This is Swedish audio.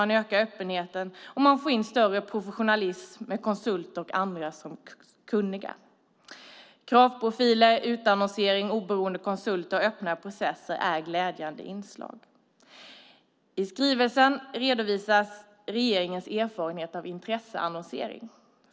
Man ökar öppenheten, och man får in större professionalism med konsulter och andra kunniga. Kravprofiler, utannonsering, oberoende konsulter och öppna processer är glädjande inslag. I skrivelsen redovisas regeringens erfarenhet av intresseannonsering.